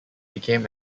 became